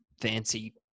fancy